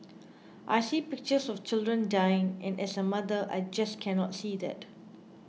I see pictures of children dying and as a mother I just cannot see that